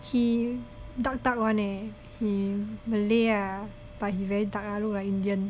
he dark dark [one] leh he malay ah but he very dark ah look like indian